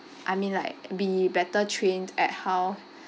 I mean like be better trained at how